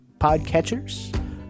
podcatchers